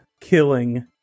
killing